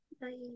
Bye